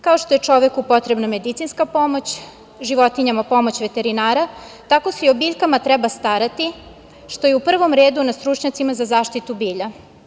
Kao što je čoveku potrebna medicinska pomoć, životinjama pomoć veterinara, tako se i o biljkama treba starati, što je u prvom redu na stručnjacima za zaštitu bilja.